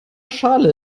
schale